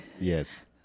Yes